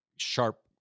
sharp